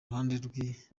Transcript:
ruhande